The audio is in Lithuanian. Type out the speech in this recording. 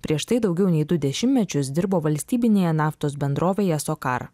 prieš tai daugiau nei du dešimtmečius dirbo valstybinėje naftos bendrovėje sokar